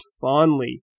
fondly